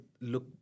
look